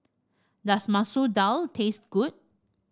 does Masoor Dal taste good